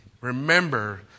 Remember